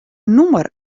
nûmer